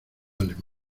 alemán